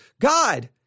God